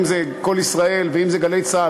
אם "קול ישראל" ואם "גלי צה"ל",